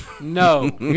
No